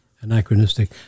anachronistic